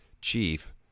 chief